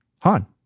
Han